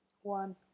One